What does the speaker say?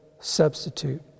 substitute